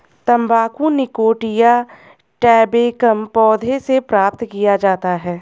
तंबाकू निकोटिया टैबेकम पौधे से प्राप्त किया जाता है